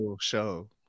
show